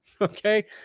okay